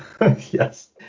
yes